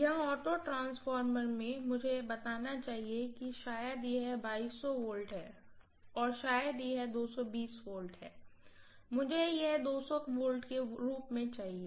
यहाँ auto transformer में मुझे यह बताना चाहिए कि शायद यह V है शायद यह V है मुझे इसे V के रूप में लेना है